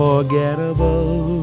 Unforgettable